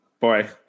Boy